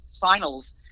finals